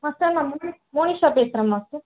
master நான் மோனிஷா பேசுகிறேன் master